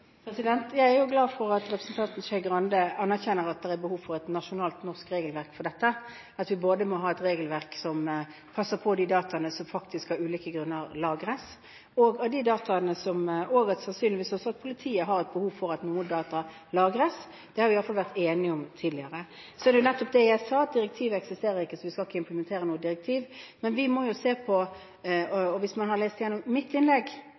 Jeg er glad for at representanten Skei Grande anerkjenner at det er behov for et nasjonalt norsk regelverk for dette, at vi må ha et regelverk som passer på de dataene som faktisk av ulike grunner lagres, og at politiet sannsynligvis har behov for at noen data lagres. Det har vi i hvert fall vært enige om tidligere. Som jeg nettopp sa: Direktivet eksisterer ikke, så vi skal ikke implementere noe direktiv. Hvis hun leser igjennom mitt innlegg og ikke bare Jonas Gahr Støres innlegg i denne debatten, vil representanten Skei Grande se at jeg la vekt på